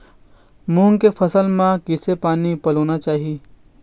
मूंग के फसल म किसे पानी पलोना चाही?